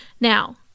Now